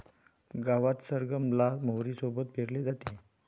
गावात सरगम ला मोहरी सोबत पेरले जाते